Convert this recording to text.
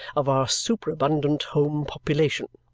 of our superabundant home population.